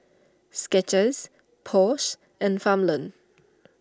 Skechers Porsche and Farmland